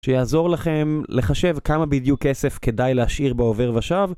שיעזור לכם לחשב כמה בדיוק כסף כדאי להשאיר בעובר ושב.